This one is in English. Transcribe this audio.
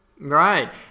right